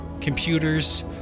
computers